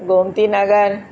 Gomti Nagar